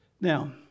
Now